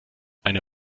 eine